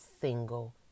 single